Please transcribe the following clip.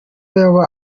yaba